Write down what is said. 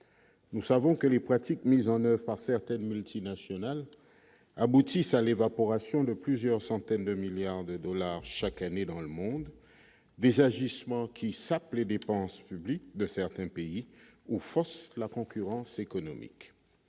nous savons que les pratiques mises en oeuvre par certaines multinationales aboutissent à l'évaporation de plusieurs centaines de milliards de dollars chaque année dans le monde des agissements qui s'les dépenses publiques, de faire taire pays ou forces la concurrence économique